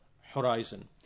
horizon